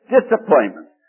Disappointment